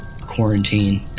quarantine